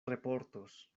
reportos